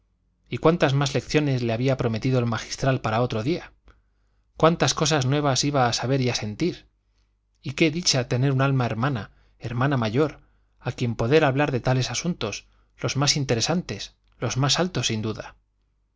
y cuántas más lecciones le había prometido el magistral para otro día cuántas cosas nuevas iba a saber y a sentir y qué dicha tener un alma hermana hermana mayor a quien poder hablar de tales asuntos los más interesantes los más altos sin duda